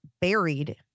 buried